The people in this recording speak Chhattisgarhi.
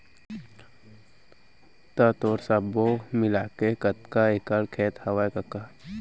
त तोर सब्बो मिलाके कतका एकड़ खेत हवय कका?